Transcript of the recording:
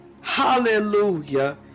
hallelujah